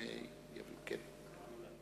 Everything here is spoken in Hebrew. כשאני אדבר,